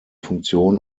funktion